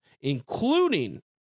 including